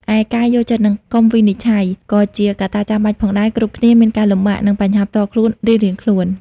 ឯការ យល់ចិត្ត និងកុំវិនិច្ឆ័យ ក៏ជាកត្តាចាំបាច់ផងដែរ គ្រប់គ្នាមានការលំបាក និងបញ្ហាផ្ទាល់ខ្លួនរៀងៗខ្លួន។